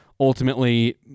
ultimately